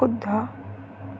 শুদ্ধ